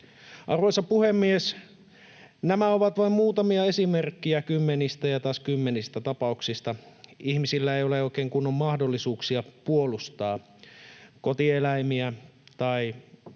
Arvoisa puhemies! Nämä ovat vain muutamia esimerkkejä kymmenistä ja taas kymmenistä tapauksista. Ihmisillä ei ole oikein kunnon mahdollisuuksia puolustaa kotieläimiään tai